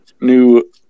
new